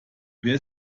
wer